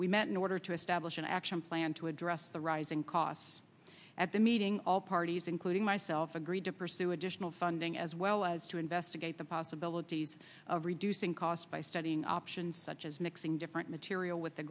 we met in order to establish an action plan to address the rising costs at the meeting all parties including myself agreed to pursue additional funding as well as to investigate the possibilities of reducing costs by studying options such as mixing different material with the